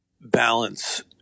balance